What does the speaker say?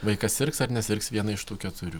vaikas sirgs ar nesirgs viena iš tų keturių